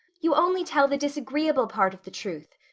you only tell the disagreeable part of the truth.